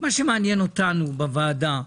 מה שמעניין אותנו בוועדה,